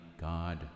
God